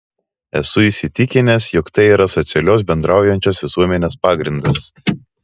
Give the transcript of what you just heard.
esu įsitikinęs jog tai yra socialios bendraujančios visuomenės pagrindas